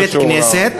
יש שם בית-כנסת,